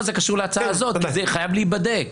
זה קשור להצעה הזאת, כי זה חייב להיבדק.